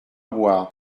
boire